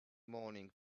morning